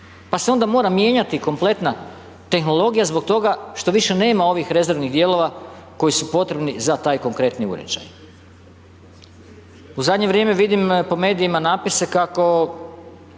pa se onda mora mijenjati kompletna tehnologija zbog toga što više nema ovih rezervnih dijelova koji su potrebni za taj konkretni uređaj. U zadnje vrijeme vidim po medijima napise kako